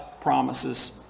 promises